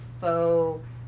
faux